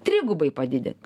trigubai padidink